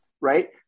right